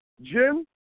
Jim